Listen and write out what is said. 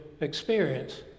experience